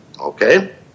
Okay